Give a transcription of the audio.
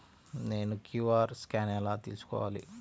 నేను QR scan ఎలా తీసుకోవాలి?